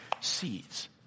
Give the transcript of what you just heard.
seeds